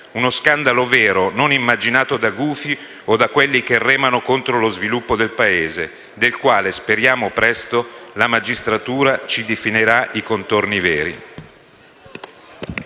Uno scandalo vero, non immaginato da gufi o da quelli che remano contro lo sviluppo del Paese, del quale, speriamo presto, la magistratura ci definirà i contorni veri.